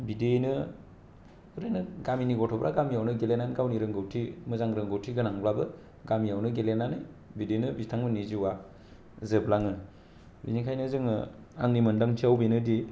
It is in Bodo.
बिदियैनो बोरै होन्दों गामिनि गथ'फ्रा गामियावनो गेलेनानै गावनि रोंगौथि मोजां रोंगौथि गोनांब्लाबो गामियावनो गेलेनानै बिदियैनो बिथांमोननि जिवा जोबलाङो बिनिखायनो जोङो आंनि मोनदांथियाव बेनोदि